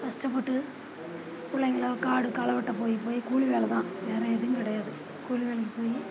கஷ்டப்பட்டு புள்ளைங்களை காடு களை வெட்டப் போய் போய் கூலி வேலை தான் வேறு ஏதும் கிடையாது கூலி வேலைக்கு போய்